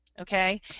Okay